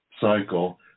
cycle